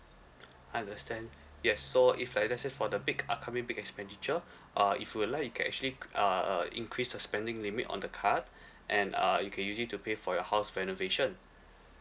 understand yes so if like let's say for the big upcoming big expenditure uh if you like you can actually c~ uh uh increase the spending limit on the card and uh you can use it to pay for your house renovation